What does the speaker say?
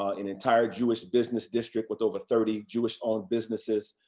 ah an entire jewish business district with over thirty jewish owned businesses,